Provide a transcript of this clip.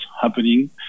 happening